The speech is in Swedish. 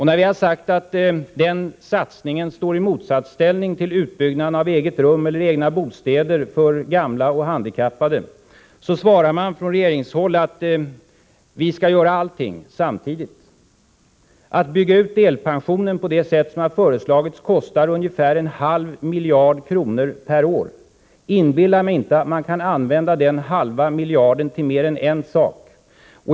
När vi har sagt att den satsningen står i motsatsställning till utbyggnaden av egna rum eller egna bostäder för gamla och handikappade, svarar man från regeringshåll: Vi skall göra allting samtidigt. Att bygga ut delpensionen på det sätt som föreslagits kostar ungefär en halv miljard kronor per år. Inbilla mig inte att man kan använda denna halva miljard till mer än en sak!